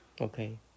Okay